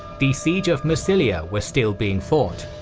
the siege of massilia was still being fought.